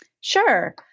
Sure